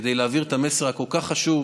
כדי להעביר את המסר הכל-כך חשוב,